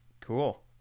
cool